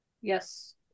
Yes